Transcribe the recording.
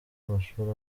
amashuri